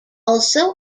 also